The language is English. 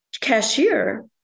cashier